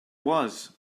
was